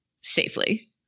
safely